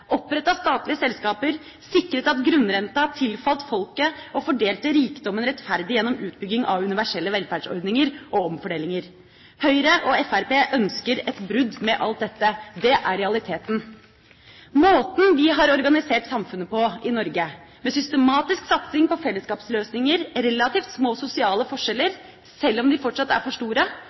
statlige selskaper, sikret at grunnrenta tilfalt folket og fordelte rikdommen rettferdig gjennom utbygging av universelle velferdsordninger og omfordelinger. Høyre og Fremskrittspartiet ønsker et brudd med alt dette. Det er realiteten. Måten vi har organisert samfunnet på i Norge, med systematisk satsing på fellesskapsløsninger, relativt små sosiale forskjeller – selv om de fortsatt er for store